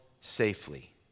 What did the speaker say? safely